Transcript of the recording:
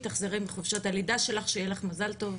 תחזרי מחופשת הלידה שלך, שיהיה לך מזל טוב.